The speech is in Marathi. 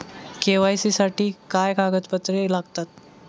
के.वाय.सी साठी काय कागदपत्रे लागतात?